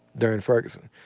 they're in ferguson.